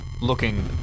looking